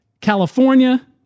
California